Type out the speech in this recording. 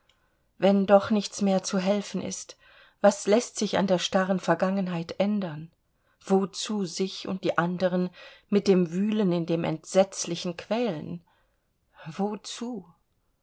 wenn doch nichts mehr zu helfen ist was läßt sich an der starren vergangenheit ändern wozu sich und die anderen mit dem wühlen in dem entsetzlichen quälen wozu